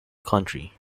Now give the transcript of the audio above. country